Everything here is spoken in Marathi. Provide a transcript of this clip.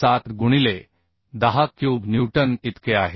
07 गुणिले 10 क्यूब न्यूटन इतके आहे